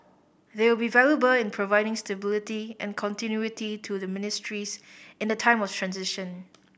they will be valuable in providing stability and continuity to their ministries in the time of transition